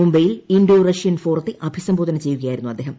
മുംബൈയിൽ Indo Russian ഫോറത്തെ അഭിസംബോധന ചെയ്യുകയായിരുന്നു അദ്ദേഹം